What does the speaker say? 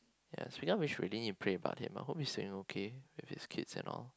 yes we know we should pray about it but whom is saying okay if with kids and all